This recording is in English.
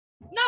no